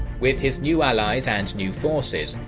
with his new allies and new forces,